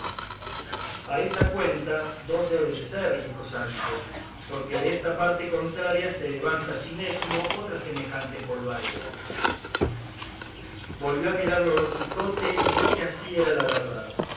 a esa cuenta dos deben de ser dijo sancho porque desta parte contraria se levanta asimesmo otra semejante polvareda volvió a mirarlo don quijote y vio que así era la verdad